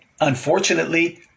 unfortunately